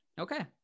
okay